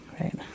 right